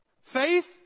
Faith